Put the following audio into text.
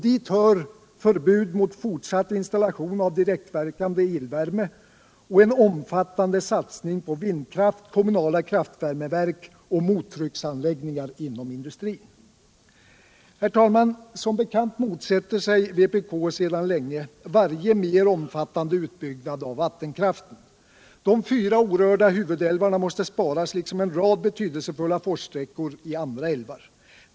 Dit hör förbud mot fortsatt installation av direktverkande elvärme, en omfattande satsning på vindkraft, kommunala värmekraftverk och mottrycksanläggningar inom industrin. Herr talman! Som bekant motsätter sig vpk sedan länge varje mera omfattande utbyggnad av vattenkraften. De fyra orörda huvudälvarna måste sparas, liksom en rad betydelsefulla forssträckor i andra älvar.